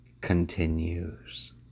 continues